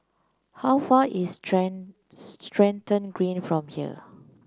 how far is Stratton Green from here